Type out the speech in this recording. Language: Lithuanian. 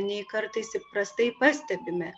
nei kartais įprastai pastebime